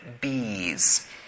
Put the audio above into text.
bees